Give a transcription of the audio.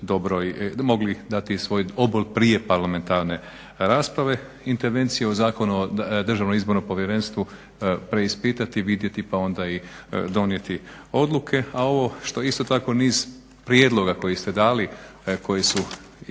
mogli dati svoj obol prije parlamentarne rasprave. Intervencija u Zakon o Državnom izbornom povjerenstvu preispitati, vidjeti pa onda i donijeti odluke. A ovo što je isto tako niz prijedloga koji ste dali koji su ili